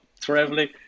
traveling